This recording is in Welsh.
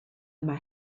yma